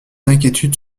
inquiétudes